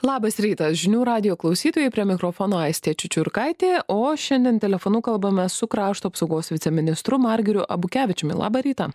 labas rytas žinių radijo klausytojai prie mikrofono aistė čičiurkaitė o šiandien telefonu kalbame su krašto apsaugos viceministru margiriu abukevičiumi labą rytą